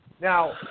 Now